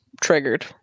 triggered